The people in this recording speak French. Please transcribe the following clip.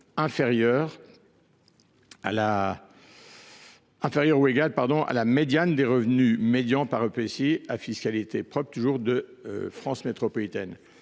inférieur ou égal à la médiane des revenus médians par EPCI à fiscalité propre de France métropolitaine.